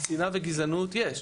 שנאה וגזענות יש.